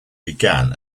began